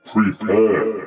Prepare